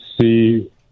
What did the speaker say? see